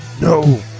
No